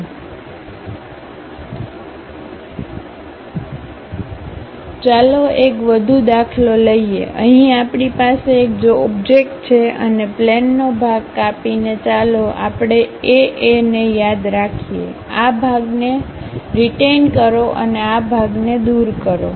ચાલો એક વધુ દાખલો લઈએ અહીં આપણી પાસે એક ઓબ્જેક્ટ છે અને પ્લેનનો ભાગ કાપીને ચાલો આપણે AA ને યાદ કરીએ આ ભાગને રીતેઈનકરો અને આ ભાગને દૂર કરો